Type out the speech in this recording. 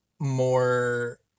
more